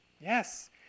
Yes